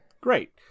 great